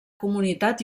comunitat